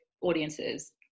audiences